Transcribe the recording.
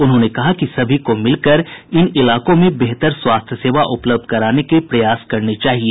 उन्होंने कहा कि सभी को मिलकर इन इलाकों में बेहतर स्वास्थ्य सेवा उपलब्ध कराने के प्रयास करने चाहिए